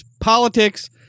politics